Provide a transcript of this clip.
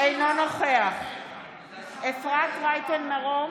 אינו נוכח אפרת רייטן מרום,